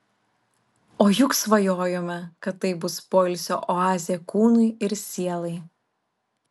o juk svajojome kad tai bus poilsio oazė kūnui ir sielai